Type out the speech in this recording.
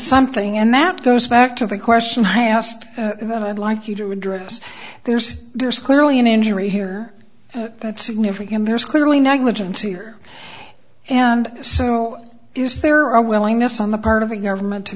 something and that goes back to the question i asked that i'd like you to address there's there's clearly an injury here that's significant there's clearly negligence here and so is there a willingness on the part of the government to